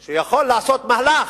שהוא יכול לעשות מהלך.